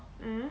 mm